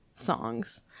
songs